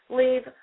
leave